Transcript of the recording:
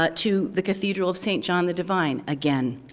but to the cathedral of st. john the divine, again.